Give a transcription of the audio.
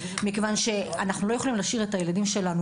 מכיוון שאנחנו לא יכולים להשאיר את הילדים שלנו